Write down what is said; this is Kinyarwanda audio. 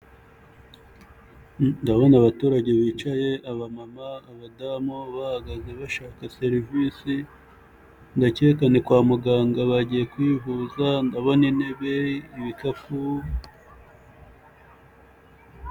Ndabona abaturage bicaye, abamama, abadamu, bahagaze bashaka serivisi, ndakeka ni kwa muganga bagiye kwivuza, ndabona intebe, ibikapu,...